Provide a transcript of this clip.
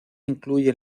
incluye